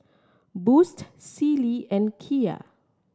Boost Sealy and Kia